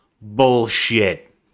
Bullshit